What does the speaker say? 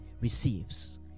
receives